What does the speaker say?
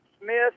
Smith